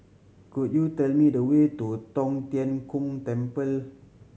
could you tell me the way to Tong Tien Kung Temple